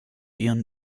ihren